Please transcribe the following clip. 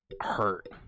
hurt